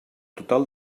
total